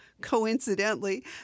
coincidentally